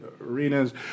arenas